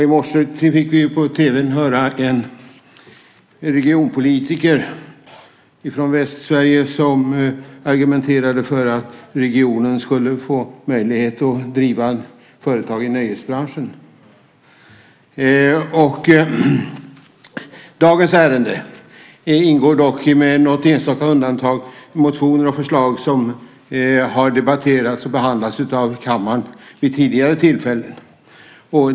I morse fick vi på tv höra en regionpolitiker från Västsverige som argumenterade för att regionen ska få möjlighet att driva företag i nöjesbranschen. I dagens ärende ingår, med något enstaka undantag, motioner och förslag som har debatterats och behandlats av kammaren vid tidigare tillfällen.